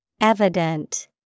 Evident